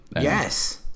Yes